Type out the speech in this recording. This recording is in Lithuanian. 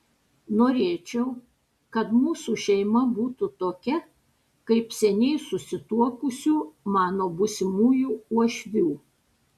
norėčiau kad mūsų šeima būtų tokia kaip seniai susituokusių mano būsimųjų uošvių